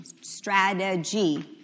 strategy